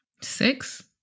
Six